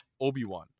Obi-Wan